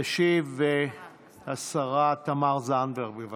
תשיב השרה תמר זנדברג, בבקשה.